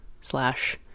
slash